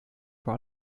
vor